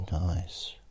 nice